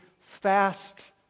fast